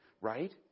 Right